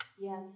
Yes